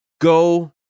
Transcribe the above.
go